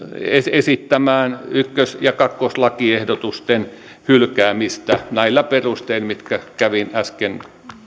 esittämään ykkös ja kakkoslakiehdotusten hylkäämistä näillä perusteilla mitkä kävin äsken